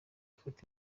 gufata